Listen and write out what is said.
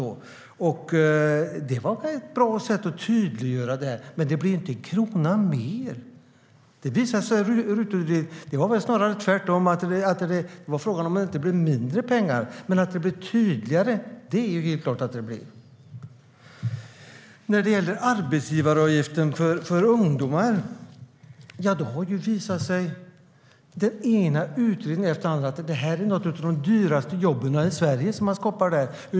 Det var väl ett bra sätt att tydliggöra det hela, men det blev inte en krona mer. Snarare visade RUT-utredningen att frågan var om det inte blev mindre pengar. Men att det blev tydligare är helt klart. När det gäller arbetsgivaravgiften för ungdomar har utredning efter utredning visat att det är några av de dyraste jobben i Sverige som man har skapat på detta sätt.